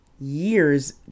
years